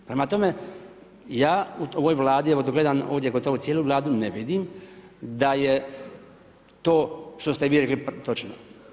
Prema tome, ja u ovoj Vladi, evo dok gledam ovdje gotovo cijelu Vladu ne vidim da je to što ste vi rekli točno.